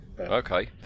Okay